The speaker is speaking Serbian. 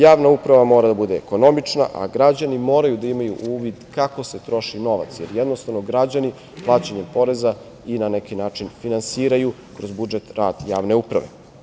Javna uprava mora da bude ekonomična, a građani moraju da imaju uvid kako se troši novac, jer jednostavno građani plaćanjem poreza i na neki način finansiraju, kroz budžet, rad javne uprave.